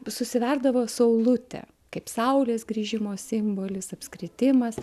susiverdavo saulutę kaip saulės grįžimo simbolis apskritimas